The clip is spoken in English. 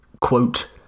quote